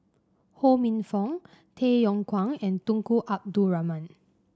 Ho Minfong Tay Yong Kwang and Tunku Abdul Rahman